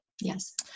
yes